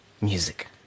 music